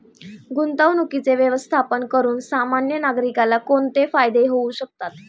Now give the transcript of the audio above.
गुंतवणुकीचे व्यवस्थापन करून सामान्य नागरिकाला कोणते फायदे होऊ शकतात?